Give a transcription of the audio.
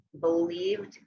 believed